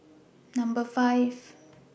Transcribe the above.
Number five